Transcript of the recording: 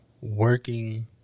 working